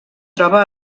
troba